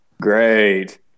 Great